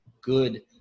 Good